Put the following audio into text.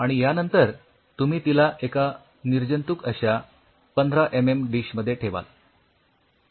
आणि यानंतर तुम्ही तिला एका निर्जंतुक अश्या १५ एमएम डिशमध्ये ठेवाल